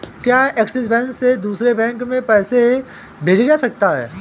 क्या Axis bank से दूसरे बैंक में पैसे भेजे जा सकता हैं?